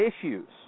issues